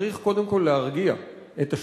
צריך קודם כול להרגיע את השטח.